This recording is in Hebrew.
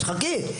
חכי.